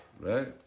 right